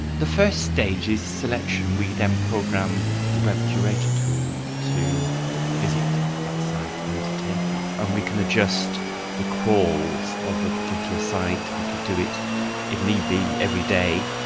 the first stage is selection. we then program the web curator tool to visit that site and to take it, and we can adjust the crawls of a particular site, we could do it if need be every day.